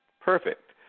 Perfect